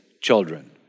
children